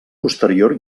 posterior